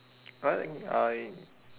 what uh you